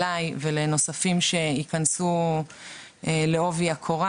אליי ולנוספים שייכנסו לעובי הקורה.